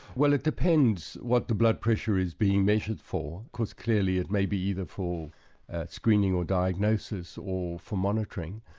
well it depends what the blood pressure is being measured for, because clearly it may be either for screening or diagnosis, or for monitoring.